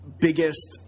biggest